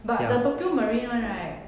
but the tokio marine one right